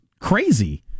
crazy